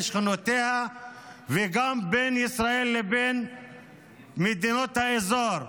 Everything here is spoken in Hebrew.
שכנותיה וגם בין ישראל לבין מדינות האזור.